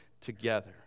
together